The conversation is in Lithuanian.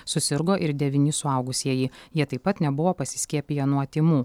susirgo ir devyni suaugusieji jie taip pat nebuvo pasiskiepiję nuo tymų